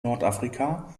nordafrika